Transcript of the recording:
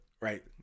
right